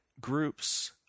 groups